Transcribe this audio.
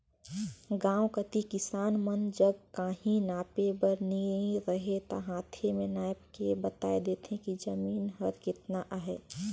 गाँव कती किसान मन जग काहीं नापे बर नी रहें ता हांथे में नाएप के बताए देथे कि जमीन हर केतना अहे